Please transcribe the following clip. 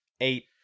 eight